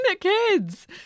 kids